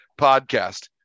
podcast